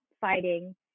fighting